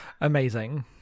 Amazing